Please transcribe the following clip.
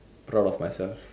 proud of myself